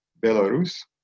Belarus